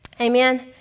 Amen